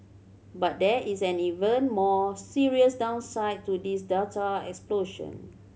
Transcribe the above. but there is an even more serious downside to this data explosion